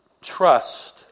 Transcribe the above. Trust